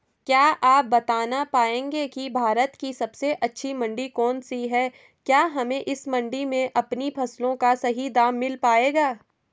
क्या आप बताना पाएंगे कि भारत की सबसे अच्छी मंडी कौन सी है क्या हमें इस मंडी में अपनी फसलों का सही दाम मिल पायेगा?